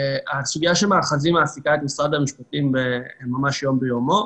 הסוגיה של המאחזים מעסיקה את משרד המשפטים ממש יום ביומו.